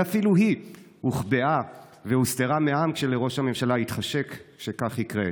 ואפילו היא הוחבאה והוסתרה מעם כשלראש הממשלה התחשק שכך יקרה.